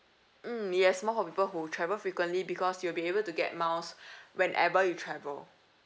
mm yes more for people who travel frequently because you'll be able to get miles whenever you travel